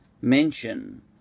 mention